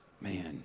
Man